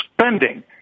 spending